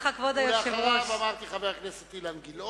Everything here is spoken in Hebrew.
אני רוצה רק להזכיר לכולם שמדובר בנאומים בני דקה.